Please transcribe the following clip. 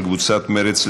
של קבוצת מרצ,